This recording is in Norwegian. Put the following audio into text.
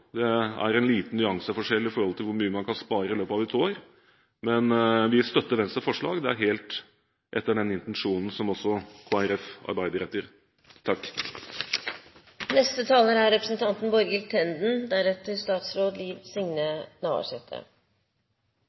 Det er en liten nyanseforskjell når det gjelder hvor mye man kan spare i løpet av ett år, men vi støtter Venstres forslag. Det er helt etter den intensjonen som også Kristelig Folkeparti arbeider for. Det er